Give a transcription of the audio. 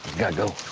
gotta go.